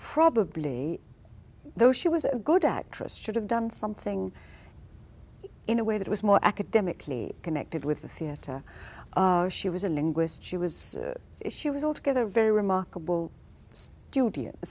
probably though she was a good actress should have done something in a way that was more academically connected with the theatre or she was a linguist she was she was altogether very remarkable judy a